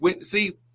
See